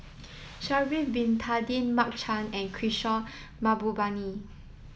Sha'ari Bin Tadin Mark Chan and Kishore Mahbubani